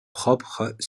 propre